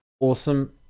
awesome